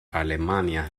alemania